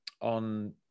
on